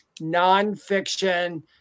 nonfiction